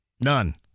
None